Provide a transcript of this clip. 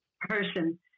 person